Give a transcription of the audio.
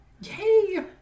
Yay